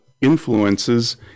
Influences